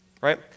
right